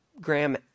Graham